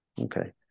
Okay